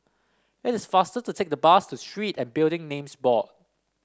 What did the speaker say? it is faster to take the bus to Street and Building Names Board